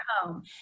home